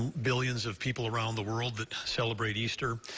billions of people around the world that celebrate easter,